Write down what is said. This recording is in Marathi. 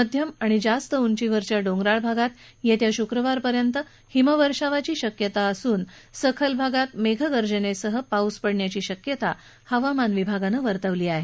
मध्यम आणि जास्त उंचीवरच्या डोंगराळ भागात येत्या शुक्रवारपर्यंत हिमवर्षावाची शक्यता असून सखल भागात मेघगर्जनेसह पावसाची शक्यता हवामान विभागानं वर्तवली आहे